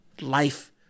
life